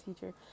teacher